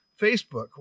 facebook